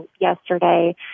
yesterday